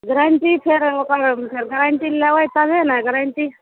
guarantee फेर ओकर फेर गारण्टी लेबै तबे ने गारण्टी